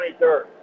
23rd